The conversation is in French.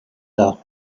arts